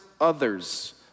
others